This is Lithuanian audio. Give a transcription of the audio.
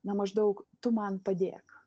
na maždaug tu man padėk